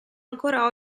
ancora